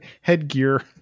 headgear